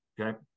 Okay